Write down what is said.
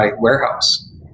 warehouse